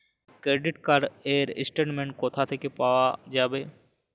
Credit card র statement কোথা থেকে পাওয়া যাবে?